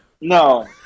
No